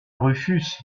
rufus